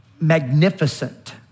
magnificent